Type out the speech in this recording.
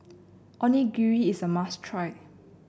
onigiri is a must try